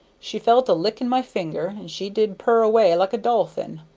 she fell to licking my finger, and she did purr away like a dolphin.